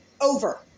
Over